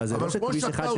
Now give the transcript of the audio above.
אני יודע שאם רוצים,